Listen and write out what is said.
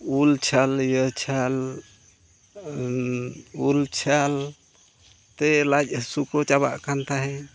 ᱩᱞ ᱪᱷᱟᱞ ᱤᱭᱟᱹ ᱪᱷᱟᱞ ᱩᱞ ᱪᱷᱟᱞ ᱛᱮ ᱞᱟᱡ ᱦᱟᱹᱥᱩ ᱠᱚ ᱪᱟᱵᱟᱜ ᱠᱟᱱ ᱛᱟᱦᱮᱸᱫ